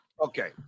Okay